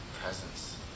presence